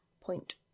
point